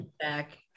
back